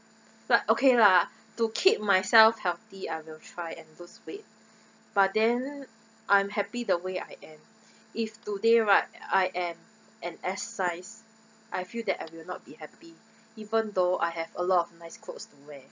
but okay lah to keep myself healthy I will try and lose weight but then I'm happy the way I am if today right I am an S size I feel that I will not be happy even though I have a lot of nice clothes to wear